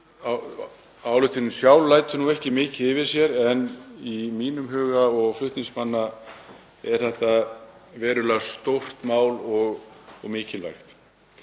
ályktunin sjálf lætur ekki mikið yfir sér en í mínum huga og flutningsmanna er um verulega stórt mál og mikilvægt